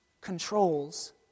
controls